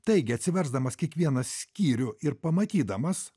taigi atsiversdamas kiekvieną skyrių ir pamatydamas